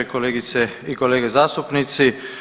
Kolegice i kolege zastupnici.